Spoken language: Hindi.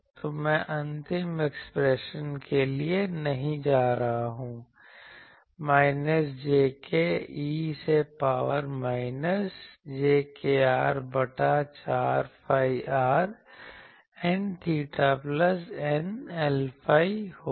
तो मैं अंतिम एक्सप्रेशन के लिए नहीं जा रहा हूँ माइनस jk e से पावर माइनस j kr बटा 4 phi r N𝚹 plus η Lϕ होगा